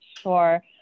Sure